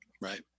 Right